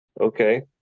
okay